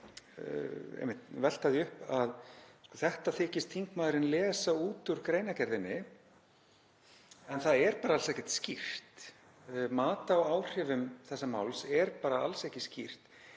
að velta því upp að þetta þykist þingmaðurinn lesa út úr greinargerðinni en það er bara alls ekkert skýrt. Mat á áhrifum þessa máls er alls ekki skýrt